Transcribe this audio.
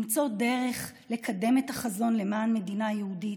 למצוא דרך לקדם את החזון למען מדינה יהודית,